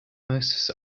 most